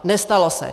Nestalo se.